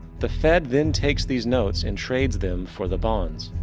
the fed than takes these notes and trades them for the bonds.